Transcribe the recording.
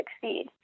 succeed